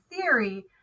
theory